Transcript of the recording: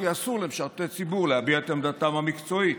כי אסור למשרתי ציבור להביע את עמדתם המקצועית,